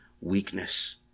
weakness